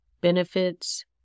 benefits